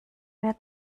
mehr